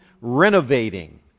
renovating